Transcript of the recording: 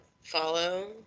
follow